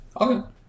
Okay